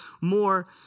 more